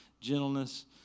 gentleness